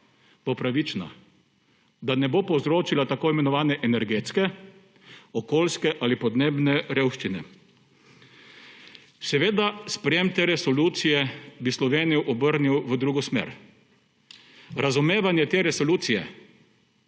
pravična, da ne bo povzročila tako imenovane energetske, okoljske ali podnebne revščine. Seveda bi sprejetje te resolucije Slovenijo obrnilo v drugo smer. Razumevanje te resolucije